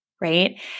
right